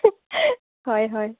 হয় হয়